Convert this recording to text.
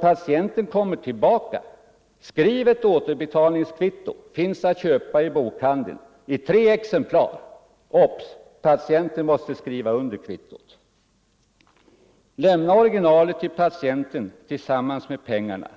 patienten kommer tillbaka. Skriv ett återbetalningskvitto i tre exemplar. Obs! Patienten måste skriva under kvittot. Lämna originalet till patienten tillsammans med pengarna.